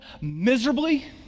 miserably